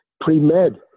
pre-med